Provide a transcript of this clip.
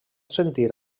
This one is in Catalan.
sentir